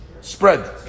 spread